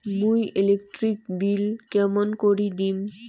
মুই electric bill কেমন করি দিম?